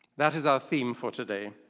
that is our theme for today.